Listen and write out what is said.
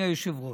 אדוני היושב-ראש,